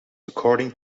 according